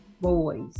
boys